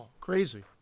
Crazy